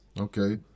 Okay